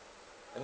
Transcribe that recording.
I mean